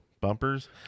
bumpers